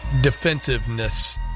defensiveness